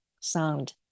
sound